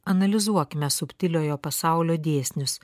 analizuokime subtiliojo pasaulio dėsnius